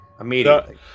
immediately